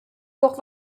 doch